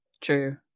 true